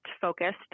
focused